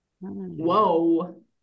Whoa